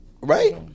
Right